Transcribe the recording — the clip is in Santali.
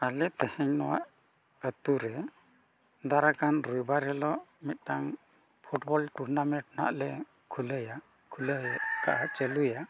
ᱟᱞᱮ ᱛᱮᱦᱮᱧ ᱱᱚᱣᱟ ᱟᱛᱳᱨᱮ ᱫᱟᱨᱟᱭᱠᱟᱱ ᱨᱚᱵᱤᱵᱟᱨ ᱦᱤᱞᱳᱜ ᱢᱤᱫᱴᱟᱝ ᱱᱟᱦᱟᱜ ᱞᱮ ᱠᱷᱩᱞᱟᱹᱣᱟ ᱠᱷᱩᱞᱟᱹᱣ ᱟᱠᱟᱫᱼᱟ ᱪᱟᱹᱞᱩᱭᱟ